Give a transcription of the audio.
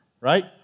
right